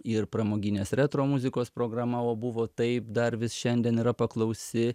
ir pramoginės retro muzikos programa o buvo taip dar vis šiandien yra paklausi